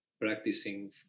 practicing